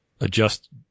adjust